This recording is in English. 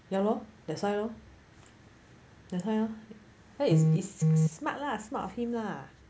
ya lor that's why lor that's why lor where is this smart lah smart of him lah